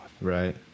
right